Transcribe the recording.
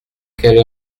quelle